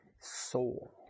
soul